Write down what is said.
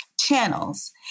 channels